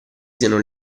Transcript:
siano